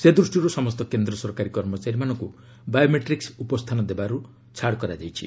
ସେ ଦୂଷ୍ଟିରୁ ସମସ୍ତ କେନ୍ଦ୍ର ସରକାରୀ କର୍ମଚାରୀମାନଙ୍କୁ ବାୟୋମେଟ୍ରିକସ୍ ଉପସ୍ଥାନ ଦେବାରୁ ଛାଡ଼ କରାଯାଇଛି